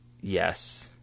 yes